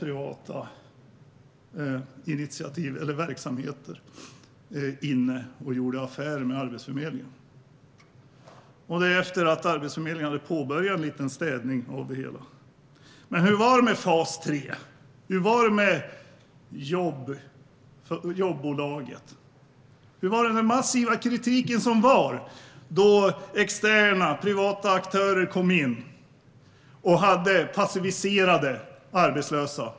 År 2014 handlade det om 1 115 privata verksamheter - och det efter att Arbetsförmedlingen redan hade påbörjat en städning av det hela. Hur var det med fas 3? Hur var det med Jobbolaget? Hur var det med den massiva kritik som fanns då externa, privata aktörer kom in och hade passiviserade arbetslösa?